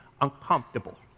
uncomfortable